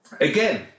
Again